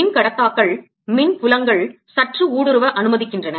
மின்கடத்தாக்கள் மின்புலங்கள் சற்று ஊடுருவ அனுமதிக்கின்றன